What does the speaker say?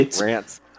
rants